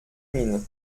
mines